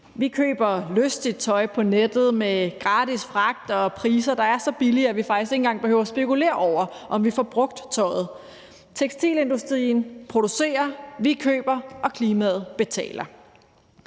Vi køber lystigt tøj på nettet med gratis fragt og priser, der er så billige, at vi faktisk ikke engang behøver spekulere over, om vi får brugt tøjet. Tekstilindustrien producerer, vi køber, og klimaet betaler.